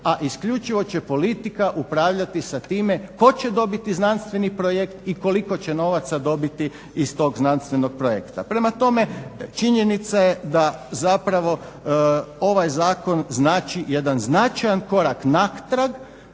a isključivo će politika upravljati sa time tko će dobiti znanstveni projekt i koliko će novaca dobiti iz tog znanstvenog projekta. Prema tome, činjenica je da zapravo ovaj Zakon znači jedan značajan korak natrag,